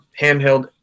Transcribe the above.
handheld